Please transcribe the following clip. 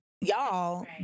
y'all